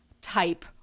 type